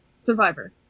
survivor